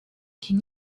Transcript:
can